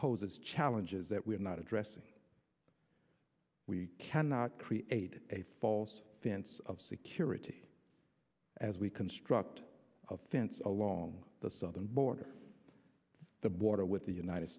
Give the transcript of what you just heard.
poses challenges that we are not addressing we cannot create a false sense of security as we construct a fence along the southern border the border with the united